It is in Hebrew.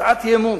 הצעת אי-אמון.